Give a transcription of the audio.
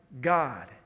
God